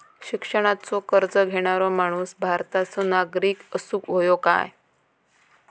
शिक्षणाचो कर्ज घेणारो माणूस भारताचो नागरिक असूक हवो काय?